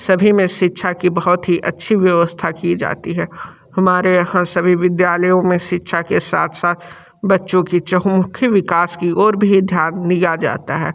सभी में शिक्षा की बहुत ही अच्छी व्यवस्था की जाती है हमारे यहाँ सभी विद्यालयों में शिक्षा के साथ साथ बच्चों की चहुँमुखी विकास की ओर भी ध्यान दिया जाता है